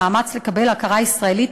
במאמץ לקבל הכרה ישראלית